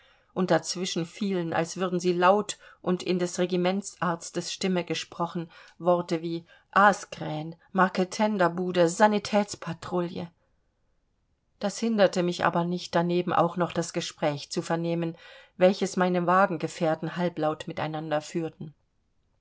und dazwischen fielen als würden sie laut und in des regimentsarztes stimme gesprochen worte wie aaskrähen marketenderbude sanitätspatrouille das hinderte mich aber nicht daneben auch noch das gespräch zu vernehmen welches meine wagengefährten halblaut miteinander führten